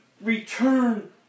return